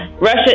Russia